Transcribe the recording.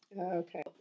Okay